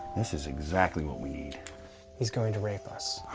this is exactly what we need. he's going to rape us. oh,